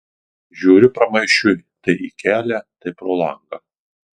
žiūriu pramaišiui tai į kelią tai pro langą